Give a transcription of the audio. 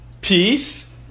peace